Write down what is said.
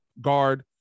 guard